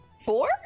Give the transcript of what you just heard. four